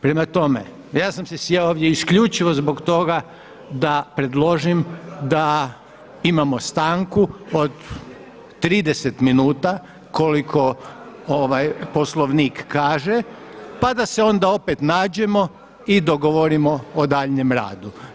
Prema tome, ja sam se sjeo ovdje isključivo zbog toga da predložim da imamo stanku od 30 minuta koliko Poslovnik kaže, pa da se onda opet nađemo i dogovorimo o daljnjem radu.